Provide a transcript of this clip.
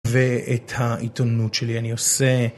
ואת העיתונות שלי אני עושה